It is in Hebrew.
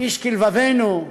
איש כלבבנו.